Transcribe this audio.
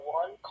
one